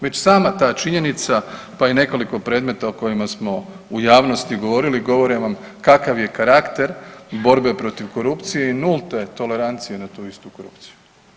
Već sama ta činjenica, pa i nekoliko predmeta o kojima smo u javnosti govorili govore vam kakav je karakter borbe protiv korupcije i nulte tolerancije na tu istu korupciju.